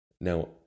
now